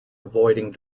avoiding